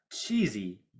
cheesy